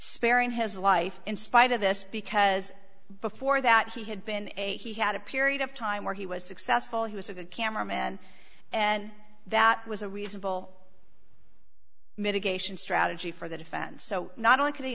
sparing has a life in spite of this because before that he had been a he had a period of time where he was successful he was a good camera man and that was a reasonable mitigation strategy for the defense so not only can he